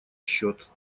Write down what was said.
счет